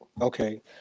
Okay